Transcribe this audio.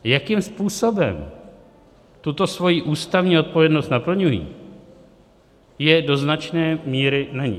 Jakým způsobem tuto svoji ústavní odpovědnost naplňují, je do značné míry na nich.